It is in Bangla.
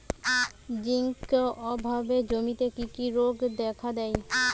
জিঙ্ক অভাবে জমিতে কি কি রোগ দেখাদেয়?